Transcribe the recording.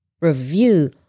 review